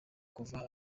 kuva